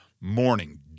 morning